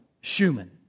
Schumann